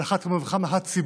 על אחת כמה וכמה הציבור.